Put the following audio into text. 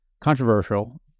controversial